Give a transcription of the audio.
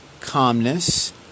calmness